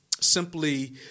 simply